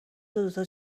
دوتا